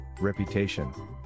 Reputation